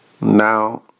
Now